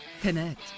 Connect